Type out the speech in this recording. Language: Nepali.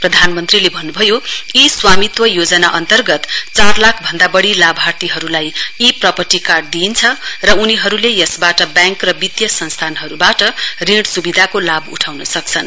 प्रधानमन्त्रीले भन्नुभयो ई स्वामीत्व योजना अन्तर्गत चार लाख भन्दा लाभार्थीहरूलाई ई प्रपर्टी कार्ड दिइन्छ र उनीहरूले यसबाट ब्याङ्क र वितीय संस्थानहरूबाट ऋण सुविधाको लाभ उठाउन सक्छन्